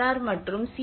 R மற்றும் C